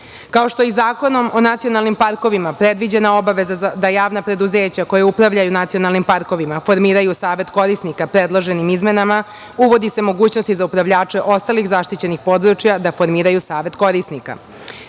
što je i Zakonom o nacionalnim parkovima predviđena obaveza da javna preduzeća koja upravljaju nacionalnim parkovima formiraju savet korisnika, predloženim izmenama uvodi se mogućnost i za upravljače ostalih zaštićenih područja da formiraju savet korisnika.